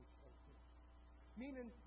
meaning